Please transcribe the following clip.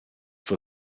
vor